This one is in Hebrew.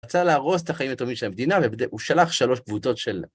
רצה להרוס את החיים הטובים של המדינה, והוא שלח שלוש קבוצות של...